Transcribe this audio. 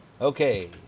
Okay